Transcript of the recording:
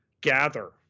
gather